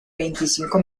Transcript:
veinticinco